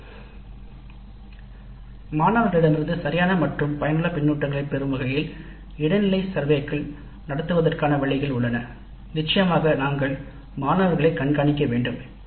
இதுபோன்ற மாணவர்களிடமிருந்து சரியான மற்றும் பயனுள்ள கருத்துக்களைப் பெறுவதற்கான இடைநிலைக் கணக்கெடுப்புகளை நடத்துவதற்கான வழிகள் உள்ளன மாணவர்களைக் கண்காணிக்க வேண்டும்